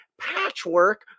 patchwork